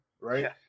right